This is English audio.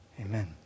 Amen